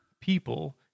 people